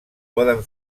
poden